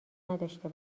نداشته